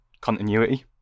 continuity